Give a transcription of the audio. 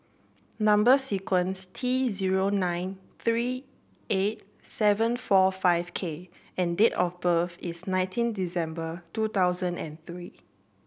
number sequence T zero nine three eight seven four five K and date of birth is nineteen December two thousand and three